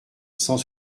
cent